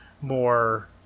more